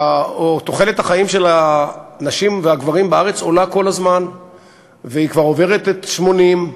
תוחלת החיים של הנשים והגברים בארץ עולה כל הזמן והיא כבר עוברת את 80,